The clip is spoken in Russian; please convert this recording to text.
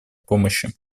помощи